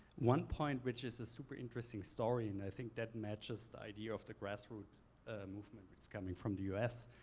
one point which is a super interesting story, and i think that matches the idea of the grassroot ah movement that's coming from the u s,